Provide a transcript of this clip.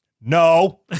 No